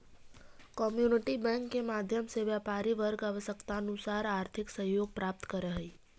community bank के माध्यम से व्यापारी वर्ग आवश्यकतानुसार आर्थिक सहयोग प्राप्त करऽ हइ